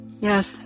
Yes